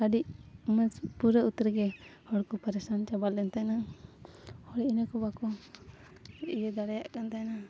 ᱟᱹᱰᱤ ᱢᱚᱡᱽ ᱯᱩᱨᱟᱹ ᱩᱛᱟᱹᱨ ᱜᱮ ᱦᱚᱲ ᱠᱚ ᱯᱟᱨᱤᱥᱟᱱ ᱪᱟᱵᱟ ᱞᱮᱱ ᱛᱟᱦᱮᱱᱟ ᱦᱚᱲ ᱤᱱᱟᱹ ᱠᱚ ᱵᱟᱠᱚ ᱤᱭᱟᱹ ᱫᱟᱲᱮᱭᱟᱜ ᱠᱟᱱ ᱛᱟᱦᱮᱱᱟ